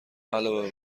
علاوه